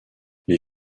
les